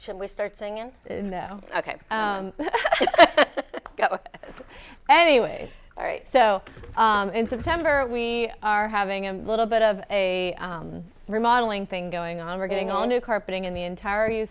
should we start singing ok anyways so in september we are having a little bit of a remodeling thing going on we're getting all new carpeting in the entire you